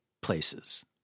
places